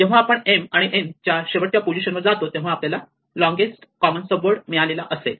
जेव्हा आपण m आणि n च्या शेवटच्या पोझिशनवर जातो तेव्हा आपल्याला लोंगेस्ट कॉमन सब वर्ड मिळालेला असेल